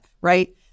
right